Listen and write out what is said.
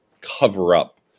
cover-up